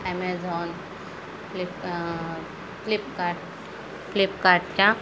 Amazon flip Flipkart फ्लिपकार्टच्या